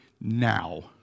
now